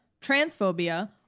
transphobia